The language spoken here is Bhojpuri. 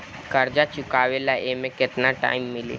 कर्जा चुकावे ला एमे केतना टाइम मिली?